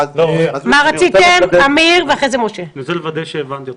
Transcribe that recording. אני רוצה לוודא שהבנתי אותך.